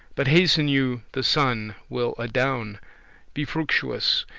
but hasten you, the sunne will adown. be fructuous,